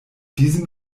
diesem